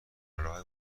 راه